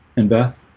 and beth